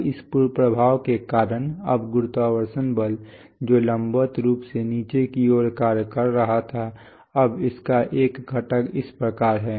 अब इस प्रभाव के कारण अब गुरुत्वाकर्षण बल जो लंबवत रूप से नीचे की ओर कार्य कर रहा था अब उसका एक घटक इस प्रकार है